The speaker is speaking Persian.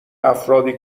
افرادی